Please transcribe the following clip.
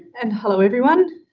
and hello everyone.